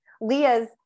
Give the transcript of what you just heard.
Leah's